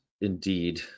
Indeed